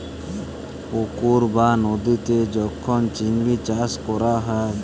পুকুর বা লদীতে যখল চিংড়ি চাষ ক্যরা হ্যয়